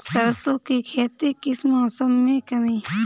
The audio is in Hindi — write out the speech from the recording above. सरसों की खेती किस मौसम में करें?